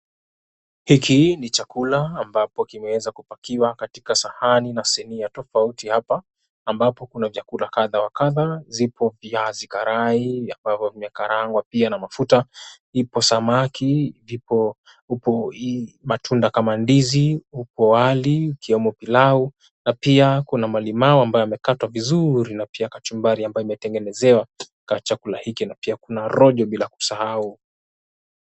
Hiki ni chakula ambapo kimeweza kupakiwa katika sahani na sinia tofauti hapa ambapo kuna vyakula kadha wa kadha, zipo viazi karai ambavyo vimekarangwa pia na mafuta. Ipo samaki, vipo upo hii matunda kama ndizi, upo wali ukiwemo pilau na pia kuna malimau ambayo yamekatwa vizuri na pia kachumbari ambayo imetengenezewa chakula hiki na pia kuna rojo bila kusahau.